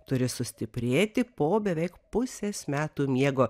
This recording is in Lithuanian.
turi sustiprėti po beveik pusės metų miego